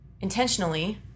intentionally